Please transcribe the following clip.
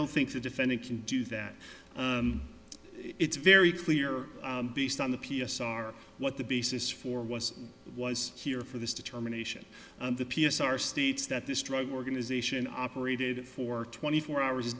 don't think the defendant can do that it's very clear based on the p s r what the basis for was was here for this determination the p s r states that this drug organization operated for twenty four hours a